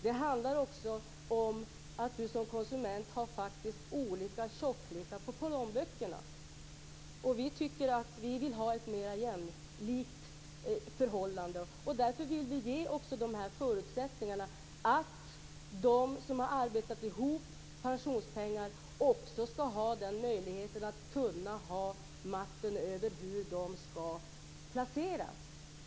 Det handlar också om att konsumenterna har olika tjocklek på plånböckerna. Vi vill ha ett mer jämlikt förhållande. Därför vill vi också ge dem som har arbetat ihop pensionspengar makten över hur de skall placeras.